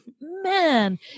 man